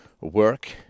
work